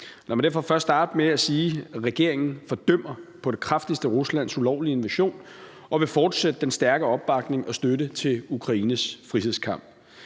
Lad mig derfor starte med at sige, at regeringen på det kraftigste fordømmer Ruslands ulovlige invasion og vil fortsætte den stærke opbakning og støtte til Ukraines frihedskamp.